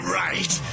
right